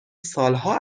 سالها